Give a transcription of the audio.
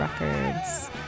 Records